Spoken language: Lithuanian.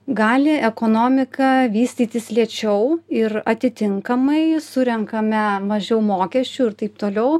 gali ekonomika vystytis lėčiau ir atitinkamai surenkame mažiau mokesčių ir taip toliau